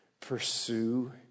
pursue